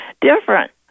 different